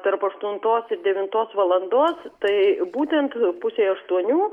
tarp aštuntos ir devintos valandos tai būtent pusei aštuonių